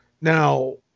Now